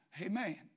Amen